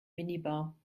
minibar